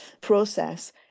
process